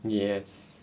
yes